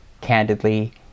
candidly